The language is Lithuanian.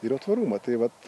ir tvarumą tai vat